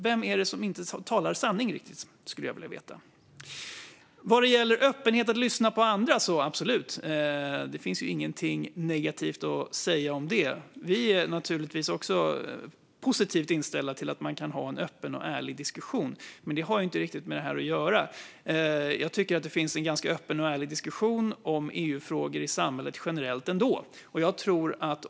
Vem är det som inte riktigt talar sanning? Det skulle jag vilja veta. Vad gäller öppenhet att lyssna på andra håller jag absolut med. Det finns inget negativt att säga om det. Vi är naturligtvis positivt inställda till att man kan ha en öppen och ärlig diskussion. Men det har inte riktigt med det här att göra. Det finns ändå en ganska öppen och ärlig diskussion om EU-frågor i samhället generellt.